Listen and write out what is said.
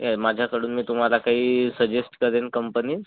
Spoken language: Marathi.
माझ्याकडून मी तुम्हाला काही सजेस्ट करेन कंपनीज